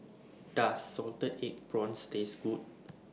Does Salted Egg Prawns Taste Good